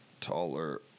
taller